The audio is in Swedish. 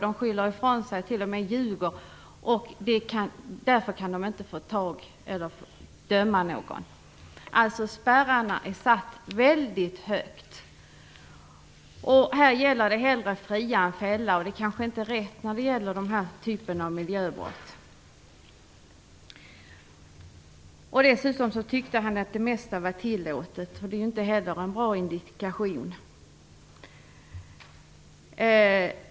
De skyller ifrån sig, och de ljuger, och därför kan man inte döma någon. Spärrarna är satta väldigt högt. Här gäller det att hellre fria än fälla, och det är kanske inte rätt när det gäller den här typen av miljöbrott. Dessutom tyckte han att det mesta var tillåtet. Det är inte heller någon bra indikation.